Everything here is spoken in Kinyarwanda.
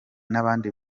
n’abandi